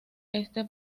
este